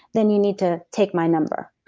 then you need to take my number